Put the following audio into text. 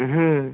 হ হুম